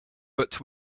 but